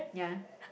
ya